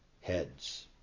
heads